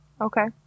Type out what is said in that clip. okay